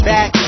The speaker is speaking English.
Back